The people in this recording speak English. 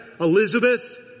Elizabeth